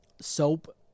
soap